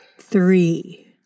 Three